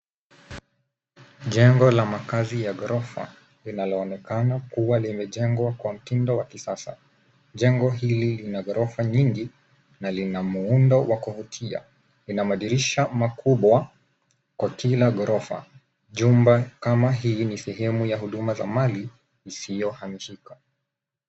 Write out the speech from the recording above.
Jengo la makazi ya ghorofa linaloonekana kuwa limejengwa kwa mtindo wa kisasa. Jengo hili lina ghorofa nyingi na lina muundo wa kuvutia. Ina madirisha makubwa kwa kila ghorofa. Jumba kama hii ni sehemu ya huduma za mali isiyohamishika.